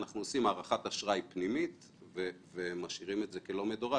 אנחנו עושים הערכת אשראי פנימית ומשאירים את זה כלא מדורג.